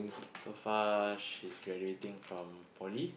so far she's graduating from poly